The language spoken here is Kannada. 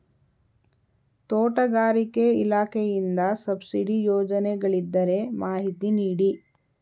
ತೋಟಗಾರಿಕೆ ಇಲಾಖೆಯಿಂದ ಸಬ್ಸಿಡಿ ಯೋಜನೆಗಳಿದ್ದರೆ ಮಾಹಿತಿ ನೀಡಿ?